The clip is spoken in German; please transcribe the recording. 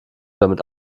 damit